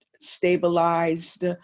stabilized